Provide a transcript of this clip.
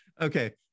Okay